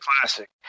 classic